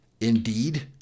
Indeed